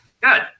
Good